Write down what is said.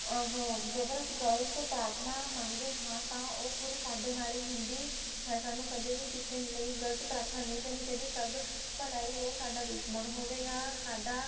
ਓਹ ਜੇਕਰ ਅਸੀਂ ਗਲਤ ਪ੍ਰਾਰਥਨਾ ਮੰਗਦੇ ਹਾਂ ਤਾਂ ਉਹ ਖੁਦ ਸਾਡੇ ਨਾਲ ਹੀ ਹੁੰਦੀ ਹੈ ਸਾਨੂੰ ਕਦੇ ਵੀ ਕਿਸੇ ਲਈ ਗਲਤ ਪ੍ਰਾਰਥਨਾ ਨਹੀਂ ਕਰਨੀ ਚਾਹੀਦੀ ਸਭ ਭਲਾ ਹੀ ਉਹ ਸਾਡਾ ਦੁਸ਼ਮਣ ਹੋਵੇ ਜਾਂ ਸਾਡਾ